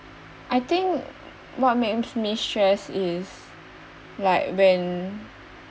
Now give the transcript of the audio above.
I think what makes me stress is like when